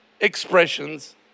expressions